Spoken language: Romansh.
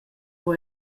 jeu